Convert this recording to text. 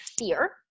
fear